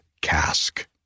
cask